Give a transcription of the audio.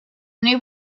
new